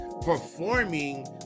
performing